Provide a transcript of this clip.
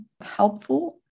helpful